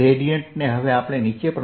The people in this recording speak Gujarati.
ગ્રેડીયેંટને હવે આપણે નીચે પ્રમાણે લખીએ